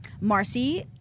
Marcy